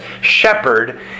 shepherd